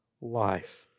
life